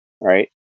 right